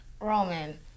Roman